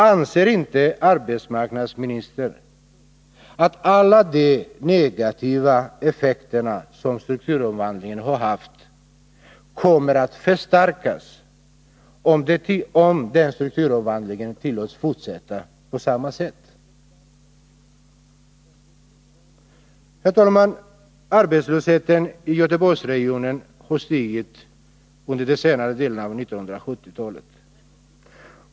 Anser inte arbetsmarknadsministern att alla de negativa effekter strukturomvandlingen har haft kommer att förstärkas om strukturomvandlingen tillåts fortsätta på samma sätt? Herr talman! Arbetslösheten i Göteborgsregionen har stigit under senare delen av 1970-talet.